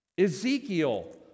Ezekiel